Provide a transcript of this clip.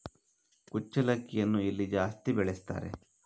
ಕುಚ್ಚಲಕ್ಕಿಯನ್ನು ಎಲ್ಲಿ ಜಾಸ್ತಿ ಬೆಳೆಸ್ತಾರೆ?